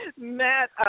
Matt